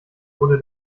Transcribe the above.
wurde